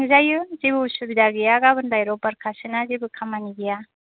थांजायो जेबो उसुबिदा गैया गाबोनलाय रब्बार खासोना जेबो खामानि गैया